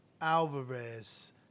alvarez